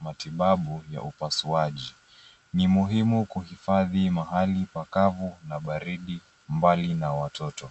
matibabu ya upasuaji. Ni muhimu kuhifadhi mahali pakavu na baridi mbali na watoto.